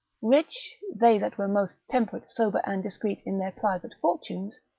rich, they that were most temperate, sober, and discreet in their private fortunes,